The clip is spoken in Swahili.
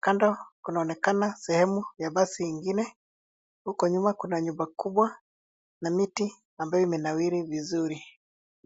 Kando kunaonekana sehemu ya basi ingine. Huko nyuma kuna nyumba kubwa na miti ambayo imenawiri vizuri.